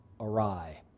awry